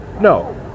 No